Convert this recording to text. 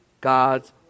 God's